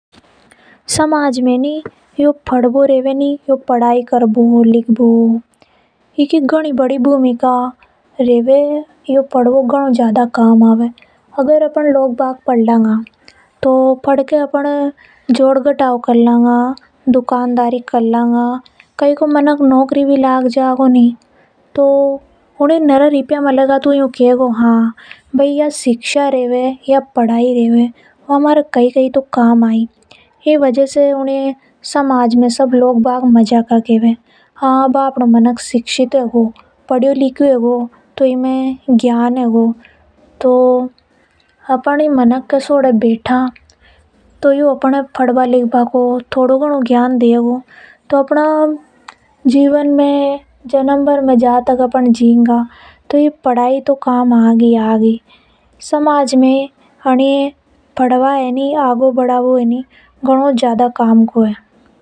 समाज में पढ़ना लिखना की घणी बड़ी भूमिका रेवे। अगर अपन लोग बाग पड़ लांगआ तो अपन जोड़ घटाव भी कर लांगा। दुकानदारी के लावआ गा। अगर कोई कोई नौकरी भी लग जागो तो ऊनी ये नरा रुपया मिलेगा तो ऊ भी केवेगो की हा या शिक्षा रेवे जो घणी काम की रेवे। नौकरी वाला ये सब लोग बढ़िया केवे। जनी के पास ज्ञान रेवे शिक्षा रेवे तो ऊ के पास में सब रहभो पसंद करे। ई वजह से सबको शिक्षित होनो घनों ज़्यादा जरूरी है।